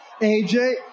AJ